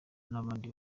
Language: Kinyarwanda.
n’abandi